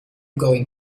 going